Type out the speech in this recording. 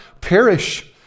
perish